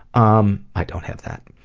um i don't have that.